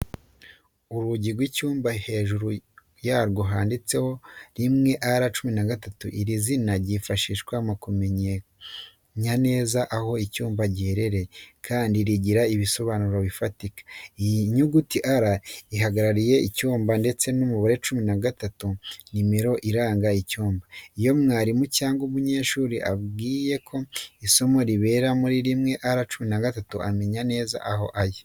Urugi rw’icyumba cy’ishuri, hejuru yarwo handitseho 1R13 iri zina ryifashishwa mu kumenya neza aho icyumba giherereye, kandi rigira ibisobanuro bifatika. Iyi nyuguti ya R ihagarariye icyuma ndetse n'umubare cumi na gatatu nka nimero iranga icyuma. Iyo umwarimu cyangwa umunyeshuri abwiwe ko isomo ribera muri 1R13 amenya neza aho ajya.